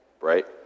right